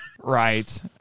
Right